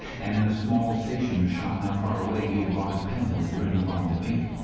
and in a small stationer's shop not far away he had bought his penholder and his bottle of ink.